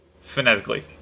Phonetically